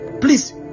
please